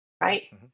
right